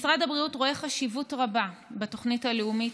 משרד הבריאות רואה חשיבות רבה בתוכנית הלאומית